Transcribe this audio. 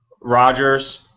Rogers